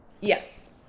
Yes